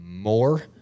More